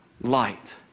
light